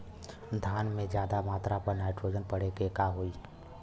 धान में ज्यादा मात्रा पर नाइट्रोजन पड़े पर का होई?